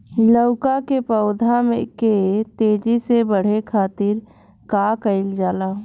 लउका के पौधा के तेजी से बढ़े खातीर का कइल जाला?